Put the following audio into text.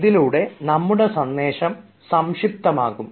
ഇതിലൂടെ നമ്മുടെ സന്ദേശം സംക്ഷിപ്തമാകും